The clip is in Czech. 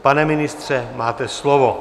Pane ministře, máte slovo.